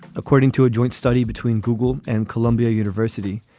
according to a joint study between google and columbia university,